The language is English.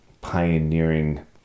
pioneering